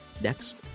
next